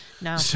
No